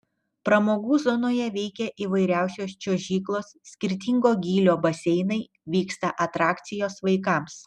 pramogų zonoje veikia įvairiausios čiuožyklos skirtingo gylio baseinai vyksta atrakcijos vaikams